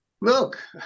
look